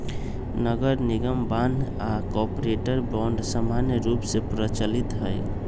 नगरनिगम बान्ह आऽ कॉरपोरेट बॉन्ड समान्य रूप से प्रचलित हइ